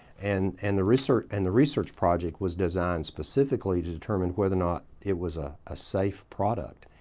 and and the research and the research project was designed specifically to determine whether or not it was a ah safe product.